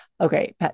Okay